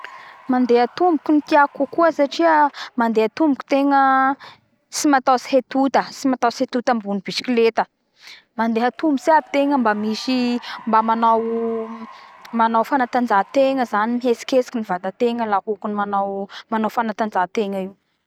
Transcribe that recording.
Mandeha tomboky ny tiako kokoa satria mandeha tomboky tegna tsy matahotsy hetota tsy matahotsy hetota ambony biskleta. Mandeha tombotsy aby tegna mba manao mba manao fanatanjahatena zany mihetsiketsiky ny vatategna la hokany manao fanatanjahategna io avao